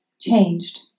changed